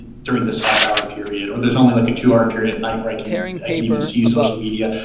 and during this five-hour period or there's only like a two-hour period at night where i can i can even see social media.